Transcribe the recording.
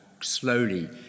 slowly